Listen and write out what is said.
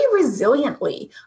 resiliently